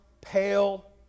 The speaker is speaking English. pale